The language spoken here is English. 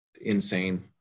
insane